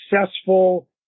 successful